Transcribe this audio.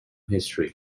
history